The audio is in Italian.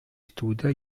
studia